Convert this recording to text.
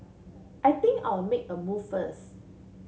I think I'll make a move first